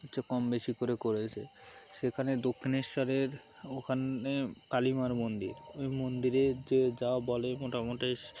সবচেয়ে কম বেশি করে করেছে সেখানে দক্ষিণেশ্বরের ওখানে কালীমার মন্দির ওই মন্দিরে যে যা বলে মোটামুটি